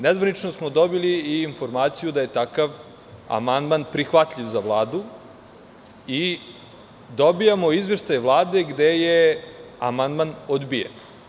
Nezvanično smo dobili i informaciju da je takav amandman prihvatljiv za Vladu, a dobijamo izveštaj Vlade gde je amandman dobijen.